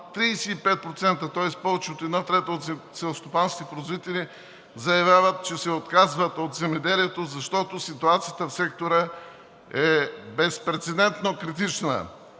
35%, тоест повече от една трета от селскостопанските производители, заявяват, че се отказват от земеделието, защото ситуацията в сектора е безпрецедентно критична.